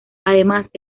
además